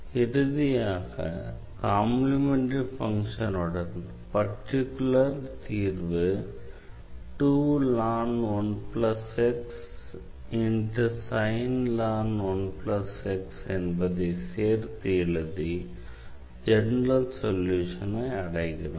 இறுதியாக complementary function உடன் particular தீர்வு என்பதை சேர்த்து எழுதி ஜெனரல் சொல்யூஷனை அடைகிறோம்